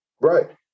Right